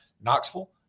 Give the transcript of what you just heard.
Knoxville